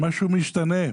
משהו משתנה.